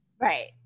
Right